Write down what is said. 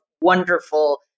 wonderful